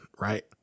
right